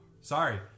Sorry